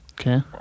Okay